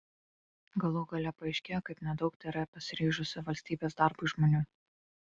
galų gale paaiškėjo kaip nedaug tėra pasiryžusių valstybės darbui žmonių